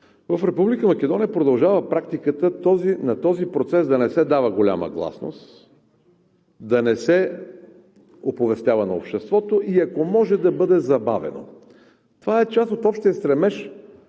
Македония продължава практиката на този процес да не се дава голяма гласност, да не се оповестява на обществото и да бъде забавено, ако може. Това е част от общия стремеж